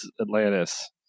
Atlantis